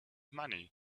money